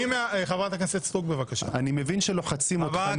אני מבין שלוחצים אותך,